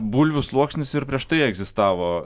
bulvių sluoksnis ir prieš tai egzistavo